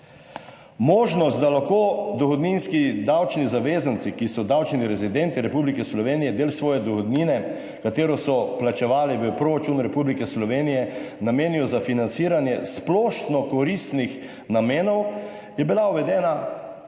Možnost, da lahko dohodninski davčni zavezanci, ki so davčni rezidenti Republike Slovenije, del svoje dohodnine, katero so plačevali v proračun Republike Slovenije, namenijo za financiranje splošno koristnih namenov, je bila uvedena